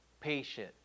patient